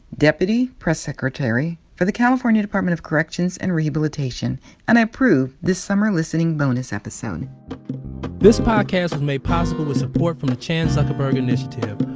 deputy press secretary for the california department of corrections and rehabilitation and i approve this summer listening bonus episode this podcast was made possible with support from the chan zuckerberg initiative,